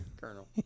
Colonel